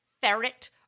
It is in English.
ferret